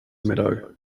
meadow